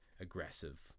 aggressive